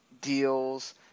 deals